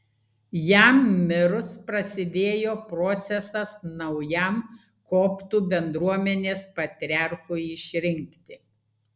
jam mirus prasidėjo procesas naujam koptų bendruomenės patriarchui išrinkti